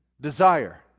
desire